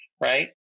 right